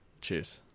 Cheers